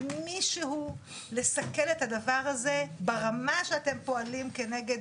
מישהו לסכל את הדבר הזה ברמה שאתם פועלים נגד